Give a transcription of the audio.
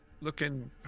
looking